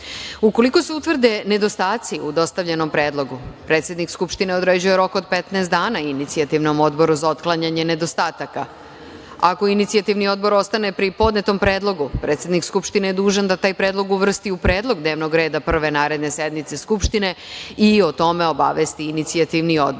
se utvrde nedostaci u dostavljenom predlogu, predsednik Skupštine određuje rok od 15 dana inicijativnom odboru za otklanjanje nedostataka. Ako inicijativni odbor ostane pri podnetom predlogu, predsednik Skupštine je dužan da taj predlog uvrsti u predlog dnevnog reda prve naredne sednice Skupštine i o tome obavesti inicijativni